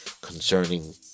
concerning